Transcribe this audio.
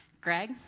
Greg